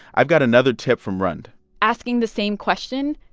i've got another tip from rand asking the same question,